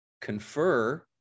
confer